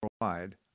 worldwide